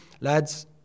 lads